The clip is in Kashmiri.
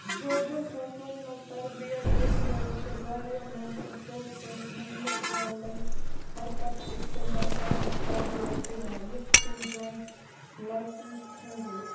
جوجو ٹھَسوَس منٛز تربیت دِنہٕ وٲلۍ چھِ واریٛاہ مُمکِن طور پٲٹھۍ مہلک یا لَنجَر حرکتہٕ اِستِمال کَرنٕچ تربیت دِوان یِتھٕ کٔنۍ جوایِنٛٹ لَکِنٛگ تھَروٗ